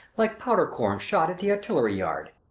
like powder corns shot at the artillery-yard.